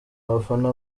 abafana